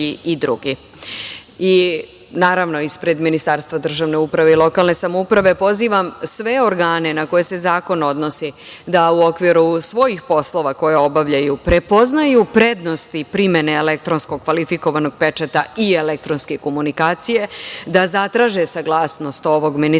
drugi. Naravno, ispred Ministarstva državne uprave i lokalne samouprave, pozivam sve organe na koje se zakon odnosi da u okviru svojih poslova koje obavljaju prepoznaju prednosti primene elektronskog kvalifikovanog pečata i elektronske komunikacije, da zatraže saglasnost ovog ministarstva